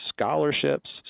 scholarships